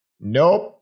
Nope